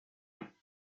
fait